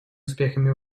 успехами